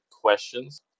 questions